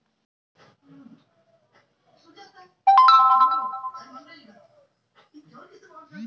నా ఇ.ఎం.ఐ ను ఫోను ద్వారా కట్టొచ్చా?